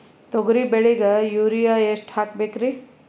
ತೊಗರಿ ಬೆಳಿಗ ಯೂರಿಯಎಷ್ಟು ಹಾಕಬೇಕರಿ?